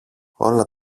όλα